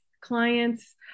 clients